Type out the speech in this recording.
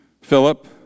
Philip